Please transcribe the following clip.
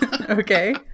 Okay